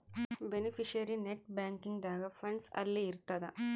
beneficiary net banking ದಾಗ funds ಅಲ್ಲಿ ಇರ್ತದ